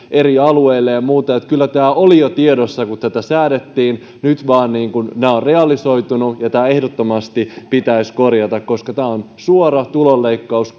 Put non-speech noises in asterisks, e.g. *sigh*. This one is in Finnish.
eri alueille ja muuta niin että kyllä tämä oli tiedossa jo kun tätä säädettiin nyt nämä ovat vaan realisoituneet tämä pitäisi ehdottomasti korjata koska tämä on suora tulonleikkaus *unintelligible*